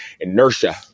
inertia